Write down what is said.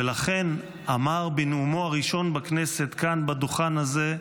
ולכן אמר בנאומו הראשון בכנסת כאן, בדוכן הזה,